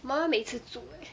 我妈妈每次煮 eh